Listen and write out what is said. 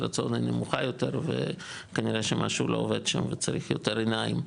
רצון נמוכה יותר וכנראה שמשהו לא עובד שם וצריך יותר עיניים,